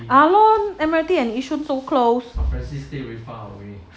ah lor admiralty and yishun so close